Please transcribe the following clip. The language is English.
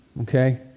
okay